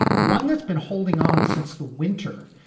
one that's been holding on since the winter.